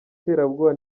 terabwoba